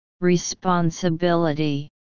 Responsibility